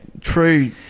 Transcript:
true